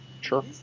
Sure